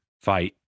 fight